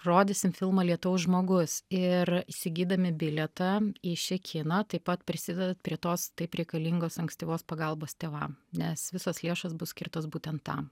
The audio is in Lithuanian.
rodysim filmą lietaus žmogus ir įsigydami bilietą į šį kiną taip pat prisidedat prie tos taip reikalingos ankstyvos pagalbos tėvam nes visos lėšos bus skirtos būtent tam